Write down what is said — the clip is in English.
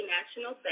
National